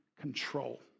control